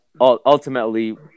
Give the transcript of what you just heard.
ultimately